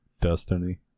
Destiny